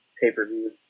pay-per-view